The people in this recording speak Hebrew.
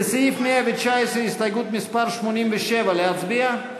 לסעיף 119, הסתייגות מס' 87, להצביע?